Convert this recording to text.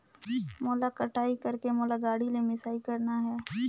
मोला कटाई करेके मोला गाड़ी ले मिसाई करना हे?